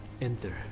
Enter